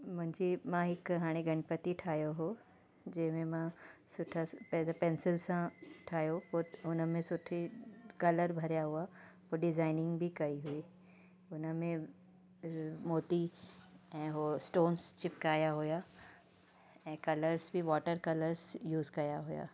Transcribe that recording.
मुंहिंजे मां हिकु हाणे गनपती ठाहियो हुओ जंहिंमें मां सुठा पहिरें त पेंसिल सां ठाहियो पोइ हुन में सुठी कलर भरिया हुआ पोइ डिज़ाइनिंग बि कई हुई हुन में मोती ऐं उहो स्टोन्स चिपकाया हुआ ऐं कलर्स बि वॉटर कलर्स यूज़ कयां हुआ